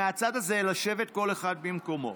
מהצד הזה לשבת כל אחד במקומו.